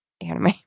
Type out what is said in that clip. anime